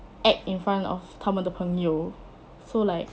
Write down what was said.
act in front of 他们的朋友 so like